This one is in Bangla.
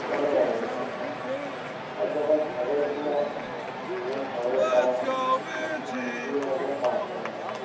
পনেরো হাজার টাকার মত আর যখন ছাগল কিনে আনি তখন ছাগলের দাম হয় দুহাজার পাঁচশোর মত